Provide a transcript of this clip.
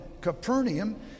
Capernaum